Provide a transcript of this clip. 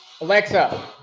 Alexa